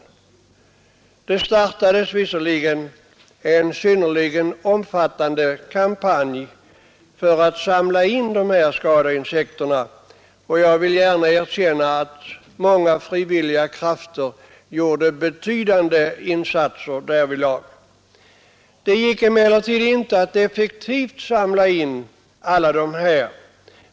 Visserligen startades det en synnerligen omfattande kampanj för att samla upp dessa skadeinsekter, och jag vill gärna erkänna att många frivilliga krafter gjorde betydande insatser därvidlag. Emellertid kunde man inte effektivt samla in dessa skalbaggar vid alla kuster.